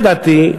לדעתי,